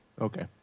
Okay